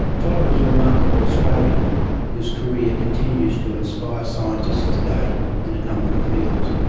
todd was a remarkable australian whose career continues to inspire scientists today in a number of fields.